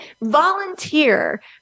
volunteer